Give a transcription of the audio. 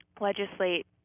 legislate